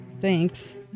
Thanks